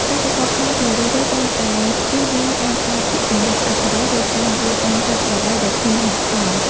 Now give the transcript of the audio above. កសិករខ្មែរជារឿយៗតែងតែចៀសវាងការប្រើពាក្យសម្តីអសុរោះ ឬការវាយដំសត្វក្របីដោយគ្មានហេតុផល។